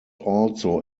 also